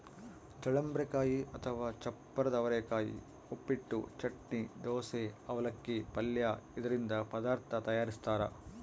ಚಳ್ಳಂಬರೆಕಾಯಿ ಅಥವಾ ಚಪ್ಪರದವರೆಕಾಯಿ ಉಪ್ಪಿಟ್ಟು, ಚಟ್ನಿ, ದೋಸೆ, ಅವಲಕ್ಕಿ, ಪಲ್ಯ ಇದರಿಂದ ಪದಾರ್ಥ ತಯಾರಿಸ್ತಾರ